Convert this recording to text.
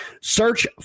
Search